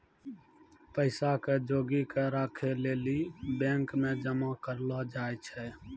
पैसा के जोगी क राखै लेली बैंक मे जमा करलो जाय छै